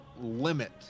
limit